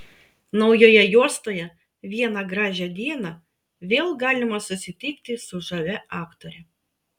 naujoje juostoje vieną gražią dieną vėl galima susitikti su žavia aktore